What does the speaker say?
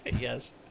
Yes